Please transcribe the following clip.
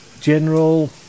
general